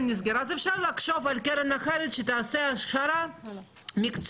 אז אפשר לחשוב על קרן אחרת שתעשה הכשרה מקצועית